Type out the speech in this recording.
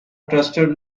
trusted